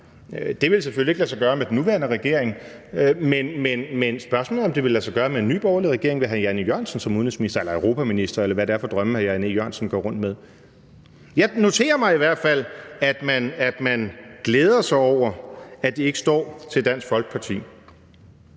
Det vil selvfølgelig ikke kunne lade sig gøre med den nuværende regering, men spørgsmålet er, om det vil lade sig gøre med en ny borgerlig regering med hr. Jan E. Jørgensen som udenrigsminister eller europaminister, eller hvad det er for drømme, hr. Jan E. Jørgensen går rundt med. Jeg noterer mig i hvert fald, at man glæder sig over, at det ikke står til Dansk Folkeparti.